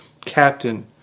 captain